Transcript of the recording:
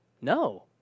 No